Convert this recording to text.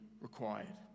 required